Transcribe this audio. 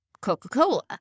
Coca-Cola